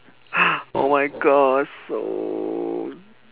oh my god so